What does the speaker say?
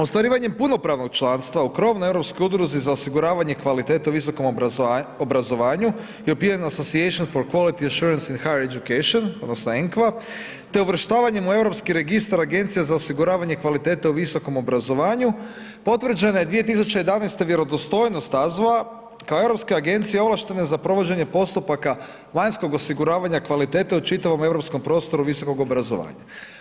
Ostvarivanjem punopravnog članstva u krovnoj europskoj Udruzi za osiguravanje kvalitete u visokom obrazovanju, European Association for Quality Assurance in Higher Education odnosno ENQA, te uvrštavanje u europski Registar agencija za osiguravanje kvalitete u visokom obrazovanju, potvrđena je 2011. vjerodostojnost AZVO-a, kao europske agencije ovlaštene za provođenje postupaka vanjskog osiguravanja kvalitete u čitavom europskom prostoru visokog obrazovanja.